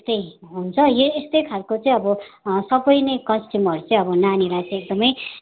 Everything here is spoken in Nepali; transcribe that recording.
यस्तै हुन्छ यही यस्तै खालको चाहिँ अब सबै नै कस्ट्युमहरू चाहिँ नानीलाई चाहिँ एकदमै